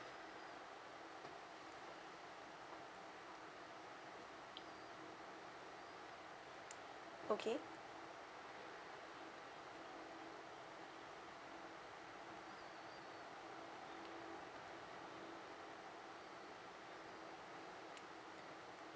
okay